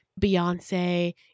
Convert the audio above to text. Beyonce